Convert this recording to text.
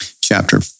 Chapter